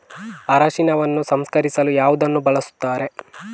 ಅರಿಶಿನವನ್ನು ಸಂಸ್ಕರಿಸಲು ಯಾವುದನ್ನು ಬಳಸುತ್ತಾರೆ?